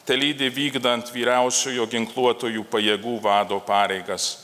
telydi vykdant vyriausiojo ginkluotųjų pajėgų vado pareigas